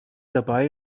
dabei